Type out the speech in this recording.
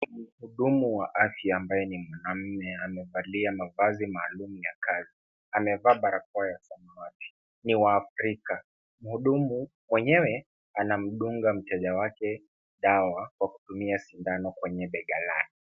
Mhudumu wa afya ambaye ni mwanaume, amevalia mavazi maalum ya kazi. Amevaa barakoa ya samawati, ni wa Afrika. Mhudumu mwenyewe, anamdunga mteja wake dawa kwa kutumia sindano kwenye bega lake.